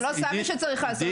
זה לא סמי שצריך לעשות.